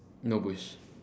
no bush